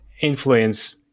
influence